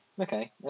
okay